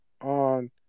on